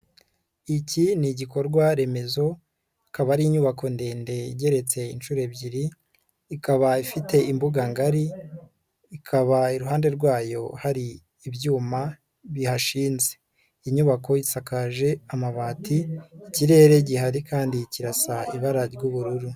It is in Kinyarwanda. Iki ni igikorwaremezo, akaba ari inyubako ndende igereretse inshuro ebyiri, ikaba ifite imbuga ngari, ikaba iruhande rwayo hari ibyuma bihashinze. Inyubako isakaje amabati, ikirere gihari kandi kirasa ibara ry'ubururu.